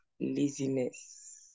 laziness